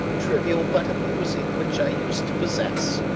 trivial but amusing, which i used to possess.